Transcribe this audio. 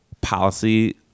policy